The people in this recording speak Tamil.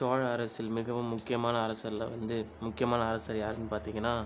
சோழ அரசில் மிகவும் முக்கியமான அரசரில் வந்து முக்கியமான அரசர் யாருன்னு பார்த்தீங்கனா